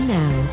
now